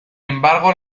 embargo